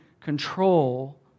control